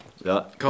Ja